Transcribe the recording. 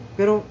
pero